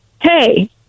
Hey